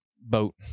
boat